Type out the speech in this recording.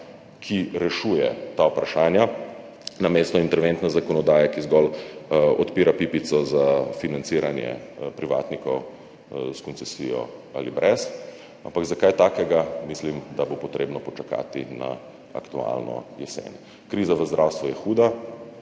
ki rešuje ta vprašanja, namesto interventne zakonodaje, ki zgolj odpira pipico za financiranje privatnikov s koncesijo ali brez. Ampak za kaj takega mislim, da bo treba počakati na aktualno jesen. Kriza v zdravstvu je huda.